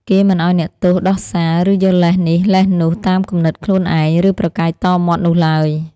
គេមិនឱ្យអ្នកទោសដោះសារ ឬយកលេសនេះលេសនោះតាមគំនិតខ្លួនឯង ឬប្រកែកតមាត់នោះឡើយ។